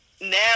Now